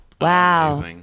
Wow